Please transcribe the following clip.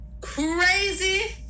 crazy